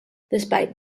despite